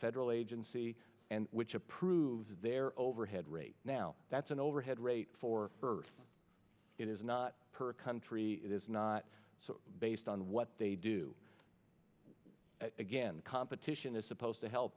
federal agency and which approves their overhead rate now that's an overhead rate for earth it is not per country it is not so based on what they do again competition is supposed to help